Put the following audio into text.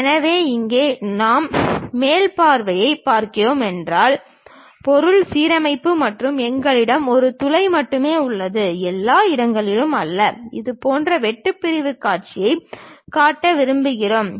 எனவே இங்கே நாம் மேல் பார்வையைப் பார்க்கிறோம் என்றால் பொருள் சமச்சீர் மற்றும் எங்களிடம் ஒரு துளை மட்டுமே உள்ளது எல்லா இடங்களிலும் அல்ல இதுபோன்ற வெட்டு பிரிவுக் காட்சியைக் காட்ட விரும்புகிறோம்